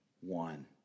one